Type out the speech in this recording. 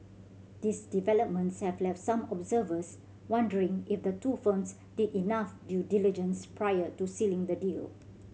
this developments have left some observers wondering if the two firms did enough due diligence prior to sealing the deal